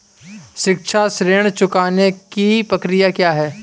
शिक्षा ऋण चुकाने की प्रक्रिया क्या है?